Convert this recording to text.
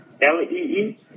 Lee